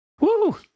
Woo